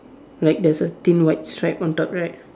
like there's a thin white stripe on top right